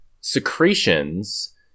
secretions